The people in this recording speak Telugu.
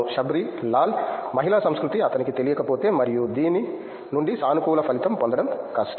షబ్రీ లాల్ మహిళా సంస్కృతి అతనికి తెలియకపోతే మరియు దీని నుండి సానుకూల ఫలితం పొందడం కష్టం